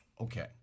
Okay